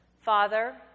Father